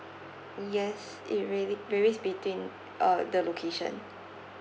yes it really varies between uh the location